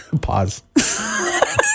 pause